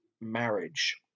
marriage